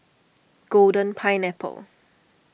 Golden Pineapple